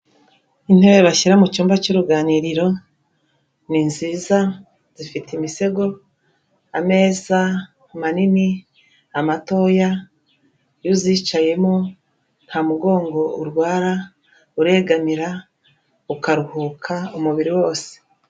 Intebe bashyira mu cyumba cy'uruganiriro ni nziza, zifite imisego, ameza manini amatoya, iyo uzicayemo nta mugongo urwara uregamira ukaruhuka umubiri wose.